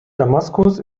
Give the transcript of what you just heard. damaskus